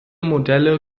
modelle